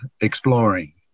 exploring